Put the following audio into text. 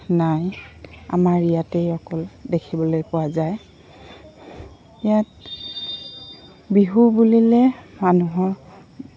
নাই আমাৰ ইয়াতেই অকল দেখিবলৈ পোৱা যায় ইয়াত বিহু বুলিলে মানুহৰ